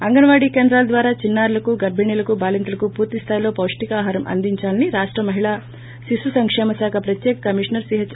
అంగన్ వాడీ కేంద్రాల ద్వారా చిన్నారులకు గర్బిణీలకు బాలింతలకు పూర్తి స్థాయిలో పౌష్ణికాహారం అందించాలని రాష్ట మహిళా శిశు సంకేమ శాఖ ప్రత్యేక కమీషనర్ సీహెచ్